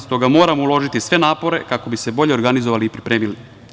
Stoga moramo uložiti sve napore, kako bi se bolje organizovali i pripremili.